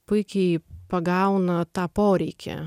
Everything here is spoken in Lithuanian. puikiai pagauna tą poreikį